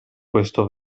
questo